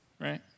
right